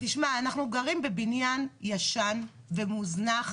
תשמע, אנחנו גרים בבניין ישן ומוזנח,